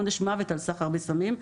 עונש מוות על סחר בסמים,